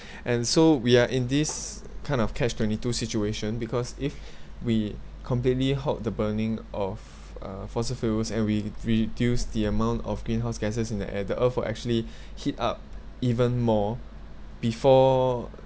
and so we are in this kind of catch twenty two situation because if we completely halt the burning of uh fossil fuels and we reduce the amount of greenhouse gasses in the air the earth will actually heat up even more before